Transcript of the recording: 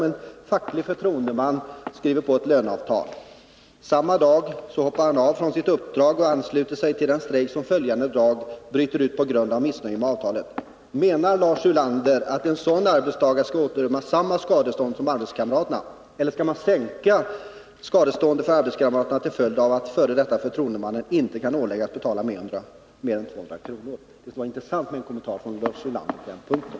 En facklig förtroendeman skriver på ett löneavtal. Samma dag hoppar han av från sitt uppdrag och ansluter sig till den strejk som följande dag bryter ut på grund av missnöje med avtalet. Menar Lars Ulander att en sådan arbetstagare skall ådömas samma skadestånd som arbetskamraterna, eller skall man sänka skadeståndet för arbetskamraterna till följd av att den f. d. företroendemannen inte kan åläggas betala mer än 200 kr.? Det skulle vara intressant med en kommentar från Lars Ulander på den punkten.